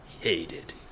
hated